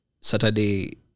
Saturday